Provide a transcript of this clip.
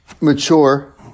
mature